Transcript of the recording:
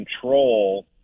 control